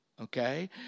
Okay